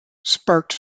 sparked